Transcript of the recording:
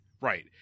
Right